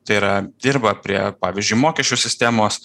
tai yra dirba prie pavyzdžiui mokesčių sistemos